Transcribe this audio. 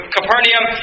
Capernaum